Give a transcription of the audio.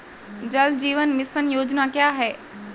जल जीवन मिशन योजना क्या है?